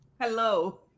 hello